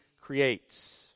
creates